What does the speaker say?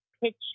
pitch